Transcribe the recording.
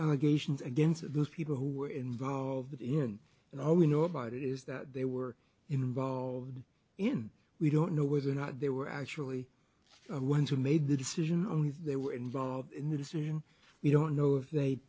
allegations against those people who were involved in it all we know about it is that they were involved in we don't know whether or not they were actually one who made the decision only they were involved in the decision we don't know if they